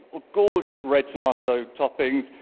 ah gorgeous red tomato toppings,